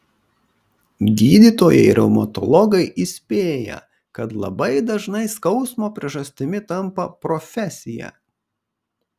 gydytojai reumatologai įspėja kad labai dažnai skausmo priežastimi tampa profesija